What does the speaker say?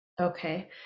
Okay